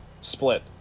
Split